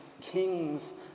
Kings